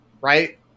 Right